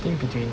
I think between